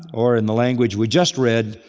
or in the language we just read,